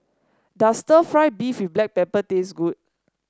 does stir fry beef with Black Pepper taste good